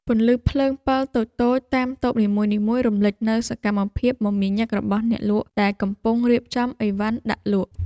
ពន្លឺភ្លើងពិលតូចៗតាមតូបនីមួយៗរំលេចនូវសកម្មភាពមមាញឹករបស់អ្នកលក់ដែលកំពុងរៀបចំឥវ៉ាន់ដាក់លក់។